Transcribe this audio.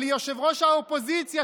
אבל ליושב-ראש האופוזיציה,